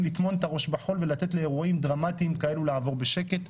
לטמון את הראש בחול ולתת לאירועים דרמטיים כאלה לעבור בשקט.